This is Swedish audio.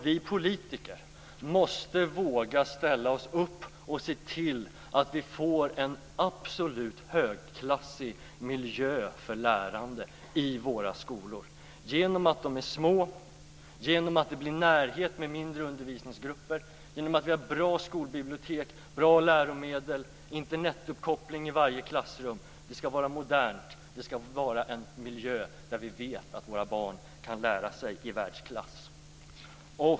Vi politiker måste våga ställa oss upp och se till att vi får en absolut högklassig miljö för lärande i våra skolor. Detta kan vi uppnå genom att de är små, genom att det blir närhet i och med mindre undervisningsgrupper och genom att vi har bra skolbibliotek, bra läromedel, Internetuppkoppling i varje klassrum. Det skall vara modernt, det skall vara en miljö där vi vet att våra barn kan lära sig i världsklass.